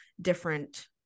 different